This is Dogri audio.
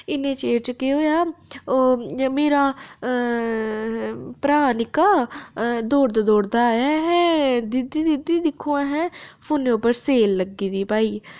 इन्ने चिर च केह् होए आ ओह् मेरा भ्राऽ निक्का दौड़दा दौड़दा आया अहें दीदी दीदी दिक्खो हां फोनै पर सेल लग्गी दी भाई